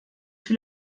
will